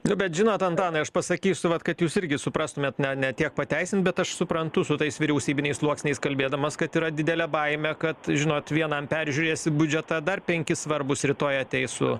nu bet žinot antanai aš pasakysiu vat kad jūs irgi suprastumėt ne ne tiek pateisint bet aš suprantu su tais vyriausybiniais sluoksniais kalbėdamas kad yra didelė baimė kad žinot vienam peržiūrėsi biudžetą dar penki svarbūs rytoj ateis su